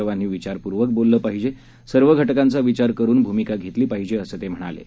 सर्वांनी विचारपूर्वक बोलले पाहिजे सर्व घटकांचा विचार करून भूमिका घेतली पाहिजे असं ते म्हणाले